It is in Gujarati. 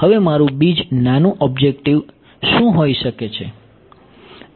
હવે મારું બીજું નાનું ઓબ્જેક્ટીવ શું હોઈ શકે છે